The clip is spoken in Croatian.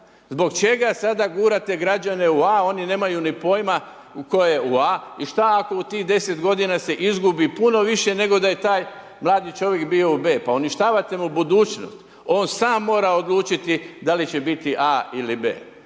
Zbog čega sada gurate građane u A, oni nemaju ni pojma tko je u A i šta ako u tih 10 godina se izgubi puno više nego da je taj mladi čovjek bio u B, pa uništavate mu budućnost, on sam mora odlučiti da li će biti A ili B.